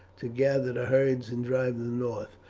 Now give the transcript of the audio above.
to gather the herds and drive them north.